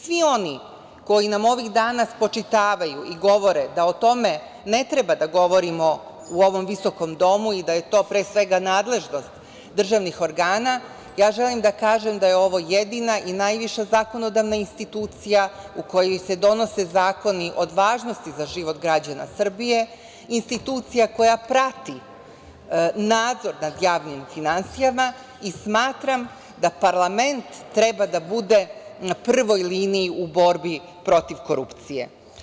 Svi oni koji nam ovih dana spočitavaju i govore da o tome ne treba da govorimo u ovom visokom Domu i da je to pre svega nadležnost državnih organa, ja želim da kažem da je ovo jedina i najviša zakonodavna institucija u kojoj se donose zakoni od važnosti za život građana Srbije, institucija koja prati nadzor nad javnim finansijama i smatram da parlament treba da bude na prvoj liniji u borbi protiv korupcije.